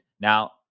now